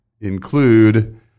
include